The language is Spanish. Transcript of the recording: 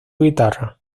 guitarra